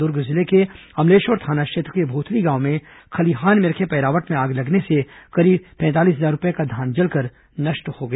और दुर्ग जिले के अमलेश्वर थाना क्षेत्र के भोथली गांव में खलिहान में रखे पैरावट में आग लगने से करीब पैंतालीस हजार रूपये का धान जलकर नष्ट हो गया